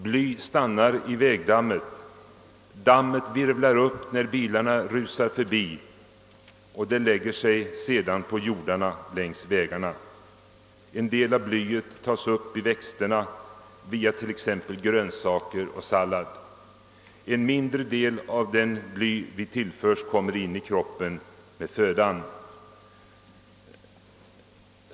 Bly stannar i vägdammet, dammet virvlar upp när bilarna rusar förbi och det lägger sig sedan på jorden längs vägarna. En del av blyet tas upp i växterna via t.ex. grönsaker och sallad. En mindre del av det bly som tillförs oss kommer in i kroppen med födan.